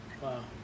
Wow